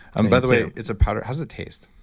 um by the way, it's a powder. how does it taste?